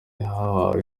bahawe